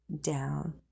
down